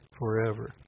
forever